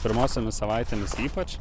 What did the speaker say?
pirmosiomis savaitėmis ypač